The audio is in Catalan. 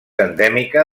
endèmica